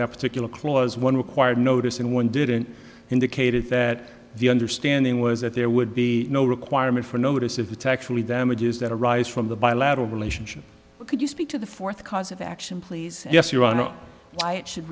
that particular clause one required notice and one didn't indicate that the understanding was that there would be no requirement for notice if it's actually damages that arise from the bilateral relationship could you speak to the fourth cause of action please yes your honor why it should